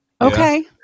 okay